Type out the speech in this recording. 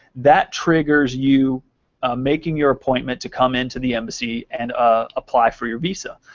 that triggers you making your appointment to come in to the embassy and ah apply for your visa.